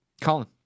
Colin